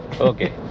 Okay